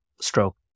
stroke